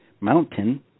mountain